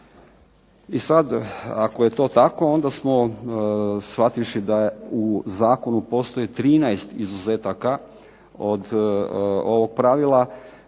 I sad ako je to tako onda smo shvativši da u zakonu postoji 13 izuzetaka od ovog pravila